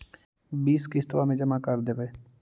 बिस किस्तवा मे जमा कर देवै?